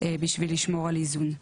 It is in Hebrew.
בשביל לשמור על איזון.